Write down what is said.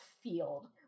field